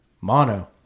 Mono